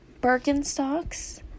Birkenstocks